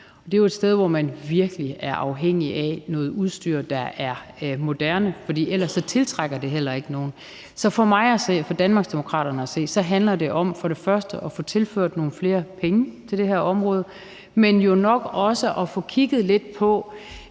det er jo et sted, hvor man virkelig er afhængige af noget udstyr, der er moderne, for ellers tiltrækker det heller ikke nogen. Så for mig at se og for Danmarksdemokraterne at se handler det for det første om at få tilført nogle flere penge til det her område, men for det andet jo nok også om at få kigget lidt på,